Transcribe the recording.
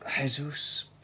Jesus